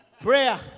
prayer